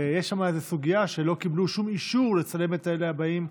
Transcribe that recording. ויש שם סוגיה שלא קיבלו שום אישור לצלם את אלה שבאים.